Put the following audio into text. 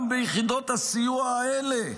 גם ביחידות הסיוע האלה,